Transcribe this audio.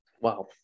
wow